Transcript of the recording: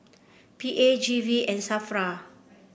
P A G V and Safra